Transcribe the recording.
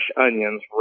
onions